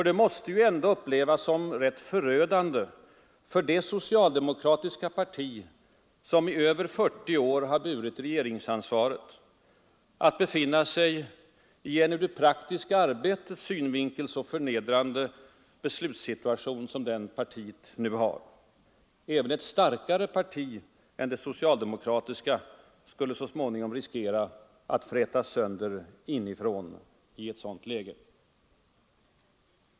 Det måste ju upplevas som rätt förödande för det socialdemokratiska parti, som i mer än 40 år burit regeringsansvaret, att befinna sig i en ur det praktiska arbetets synvinkel så förnedrande beslutssituation som den partiet nu har. Även ett starkare parti än det socialdemokratiska skulle så småningom riskera att frätas sönder inifrån i ett sådant läge.